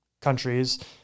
Countries